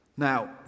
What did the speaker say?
Now